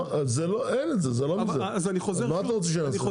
זה לא אין את זה זה לא מזה אז מה אתה רוצה שנעשה?